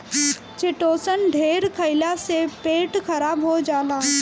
chitosan ढेर खईला से पेट खराब हो जाला